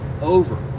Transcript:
over